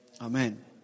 Amen